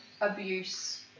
abuse